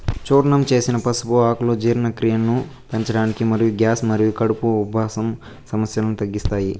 చూర్ణం చేసిన పసుపు ఆకులు జీర్ణక్రియను పెంచడానికి మరియు గ్యాస్ మరియు కడుపు ఉబ్బరం సమస్యలను తగ్గిస్తాయి